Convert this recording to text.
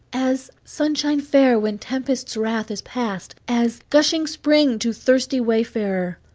as sunshine fair when tempest's wrath is past, as gushing spring to thirsty wayfarer.